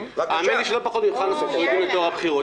האמן לי שלא פחות ממך אנחנו מעוניינים בטוהר בחירות.